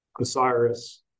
Osiris